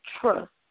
trust